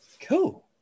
Cool